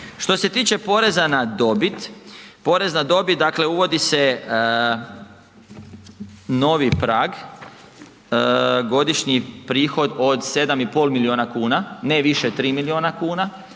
Što se tiče porezan na dobit, uvodi se novi prag godišnji prihod od 7,5 milijuna kuna ne više 3 miliona kuna,